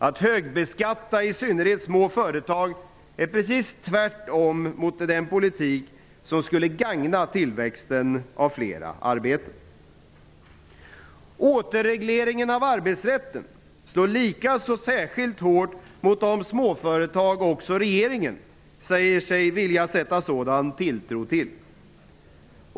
Att högbeskatta i synnerhet små företag är att göra precis tvärtom mot den politik som skulle gagna tillväxten av flera arbeten. Återregleringen av arbetsrätten slår lika och särskilt hårt mot de småföretag som också regeringen säger sig vilja sätta sådan tilltro till.